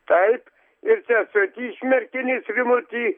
taip ir tiesa gi iš merkinės rimutį